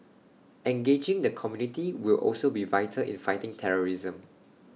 engaging the community will also be vital in fighting terrorism